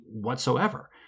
whatsoever